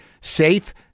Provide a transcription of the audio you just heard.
safe